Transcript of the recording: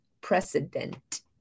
precedent